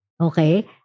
okay